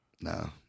No